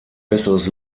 besseres